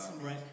Right